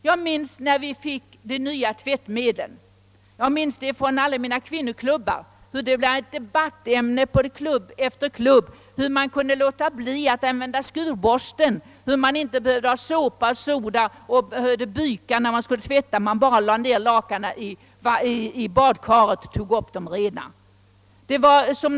Jag minns att när vi fick de nya tvättmedlen, så blev de debattämne på kvinnoklubb efter kvinnoklubb; man skulle slippa att använda skurborsten, man behövde inte ha såpa och soda och man behövde inte byka när man skulle tvätta; man behövde bara lägga ned lakanen i badkaret och kunde ta upp dem rena.